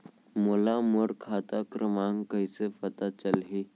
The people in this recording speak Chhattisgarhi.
मोला मोर खाता क्रमाँक कइसे पता चलही?